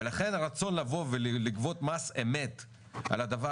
ולכן רצון לבוא ולגבות מס אמת על הדבר